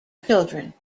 children